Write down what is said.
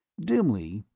dimly,